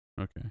Okay